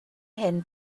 hyn